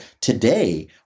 Today